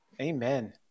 amen